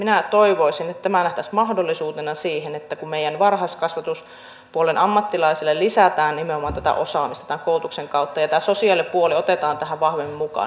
minä toivoisin että tämä nähtäisiin mahdollisuutena kun meidän varhaiskasvatuspuolen ammattilaisille lisätään nimenomaan tätä osaamista koulutuksen kautta ja tämä sosiaalipuoli otetaan tähän vahvemmin mukaan